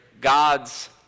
God's